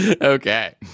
Okay